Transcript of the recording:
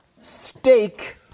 steak